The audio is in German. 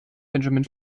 benjamin